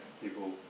people